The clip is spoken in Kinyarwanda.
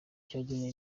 cyagenewe